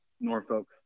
Norfolk